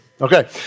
Okay